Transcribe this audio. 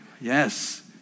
Yes